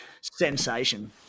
sensation